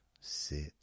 sit